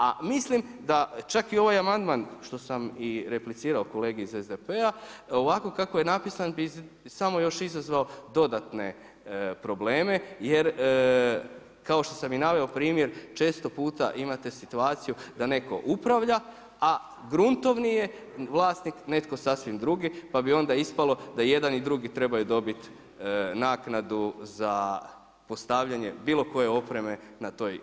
A mislim da čak i ovaj amandman što sam i replicirao kolegi iz SDP-a ovako kako je napisan bi samo još izazvao dodatne probleme jer kao što sam i naveo primjer, često puta imate situaciju da netko upravlja a gruntovni je vlasnik netko sasvim drugi pa bi onda ispalo da jedan i drugi trebaju dobiti naknadu za postavljanje bilo koje opreme na toj čestici.